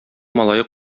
малае